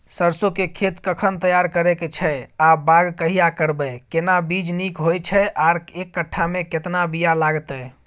सरसो के खेत कखन तैयार करै के छै आ बाग कहिया करबै, केना बीज नीक होय छै आर एक कट्ठा मे केतना बीया लागतै?